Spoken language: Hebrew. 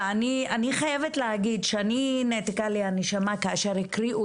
ואני חייבת להגיד שנעתקה נשימתי כאשר הקריאו